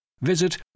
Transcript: Visit